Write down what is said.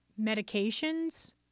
medications